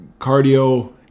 cardio